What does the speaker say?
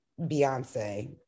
Beyonce